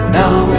now